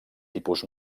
tipus